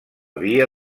via